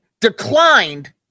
declined